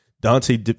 Dante